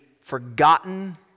forgotten